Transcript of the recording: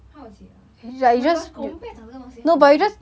how was it ah oh my gosh 我们不要讲这个东西很恐怖